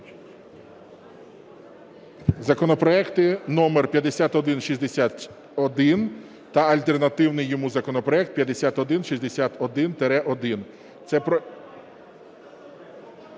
законопроекти номер 5161 та альтернативний йому законопроект 5161-1.